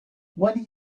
when